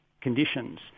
conditions